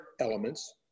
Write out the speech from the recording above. elements